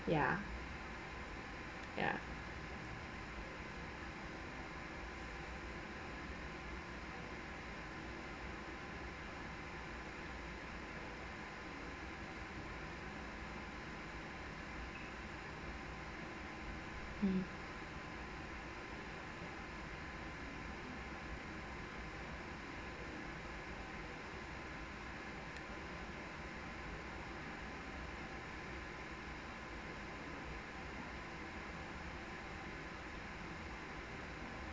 ya ya mm